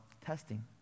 testing